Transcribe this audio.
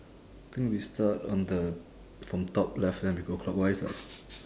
think we start on the from top left then we go clockwise ah